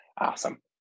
Awesome